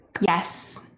Yes